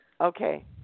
okay